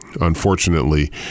unfortunately